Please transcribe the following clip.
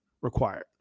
required